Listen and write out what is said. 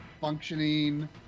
functioning